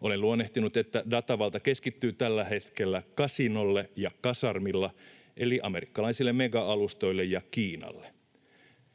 Olen luonnehtinut, että datavalta keskittyy tällä hetkellä kasinolle ja kasarmille eli amerikkalaisille mega-alustoille ja Kiinalle.